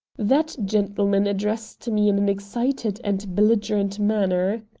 that gentleman addressed me in an excited and belligerent manner.